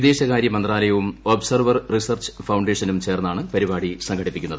വിദേശകാര്യ മന്ത്രാലയവും Observer Research ഫൌണ്ടേഷനും ചേർന്നാണ് പരിപാടി സംഘടിപ്പിക്കുന്നത്